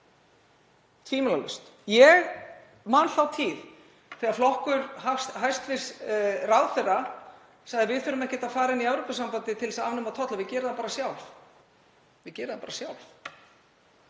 tvímælalaust. Ég man þá tíð þegar flokkur hæstv. ráðherra sagði: Við þurfum ekkert að fara í Evrópusambandið til að afnema tolla, við gerum það bara sjálf. Við gerum það bara sjálf.